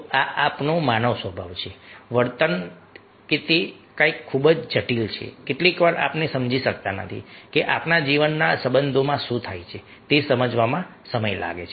આ આપણો માનવ સ્વભાવ છે વર્તન તે કંઈક ખૂબ જ જટિલ છે કેટલીકવાર આપણે સમજી શકતા નથી કે આપણા નજીકના સંબંધોમાં શું થાય છે તે સમજવામાં સમય લાગે છે